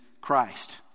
Christ